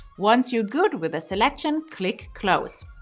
once you're good with the selection, click close.